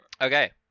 Okay